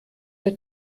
der